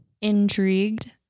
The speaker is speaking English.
Intrigued